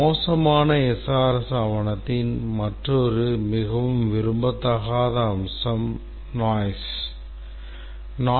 மோசமான SRS ஆவணத்தின் மற்றொரு மிகவும் விரும்பத்தகாத அம்சம் noise